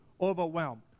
overwhelmed